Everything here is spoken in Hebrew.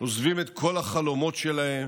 עוזבים את כל החלומות שלהם